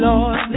Lord